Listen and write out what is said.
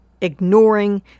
ignoring